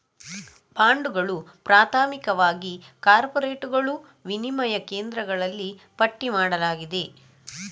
ಬಾಂಡುಗಳು, ಪ್ರಾಥಮಿಕವಾಗಿ ಕಾರ್ಪೊರೇಟುಗಳು, ವಿನಿಮಯ ಕೇಂದ್ರಗಳಲ್ಲಿ ಪಟ್ಟಿ ಮಾಡಲಾಗಿದೆ